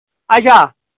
اچھا